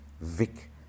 Vic